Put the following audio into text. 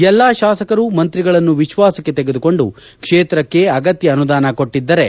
ಎಲ್ಲ ತಾಸಕರು ಮಂತ್ರಿಗಳನ್ನು ವಿಶ್ವಾಸಕ್ಕೆ ತೆಗೆದುಕೊಂಡು ಕ್ಷೇತ್ರಕ್ಕೆ ಅಗತ್ಯ ಅನುದಾನ ಕೊಟ್ಟಿದ್ದರೆ